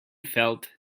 felt